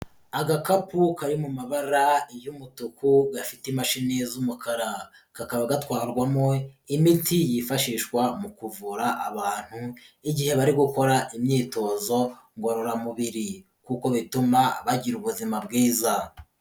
Agakapu kari mu mabara y'umutuku gafite imashini z'umukara, kakaba gatwarwamo imiti yifashishwa mu kuvura abantu igihe bari gukora imyitozo ngororamubiri kuko bituma bagira ubuzima bwiza.